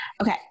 okay